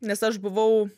nes aš buvau